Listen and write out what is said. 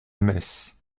messe